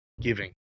giving